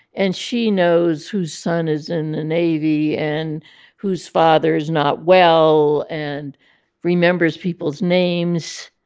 and she knows whose son is in the navy and whose father's not well and remembers people's names.